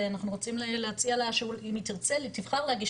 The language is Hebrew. ואנחנו רוצים להציע לה אם היא תבחר להגיש